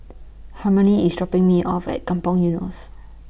Harmony IS Shopping Me off At Kampong Eunos